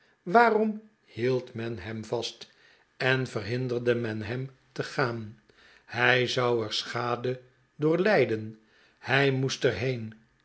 waarom hield men hem vast en verhinderde men hem te gaan hij zou er schade door lijden r hij moest er heen